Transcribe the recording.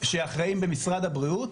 שאחראים במשרד הבריאות,